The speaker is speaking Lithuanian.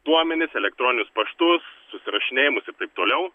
duomenis elektroninius paštus susirašinėjimus ir taip toliau